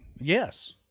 Yes